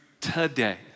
today